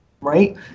right